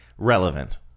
relevant